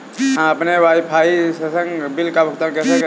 हम अपने वाईफाई संसर्ग बिल का भुगतान कैसे करें?